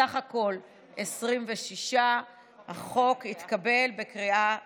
סך הכול 26. החוק התקבל בקריאה שלישית,